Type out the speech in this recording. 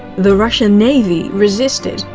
the russian navy resisted.